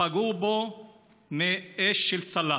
פגעו בו באש של צלף.